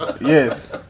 Yes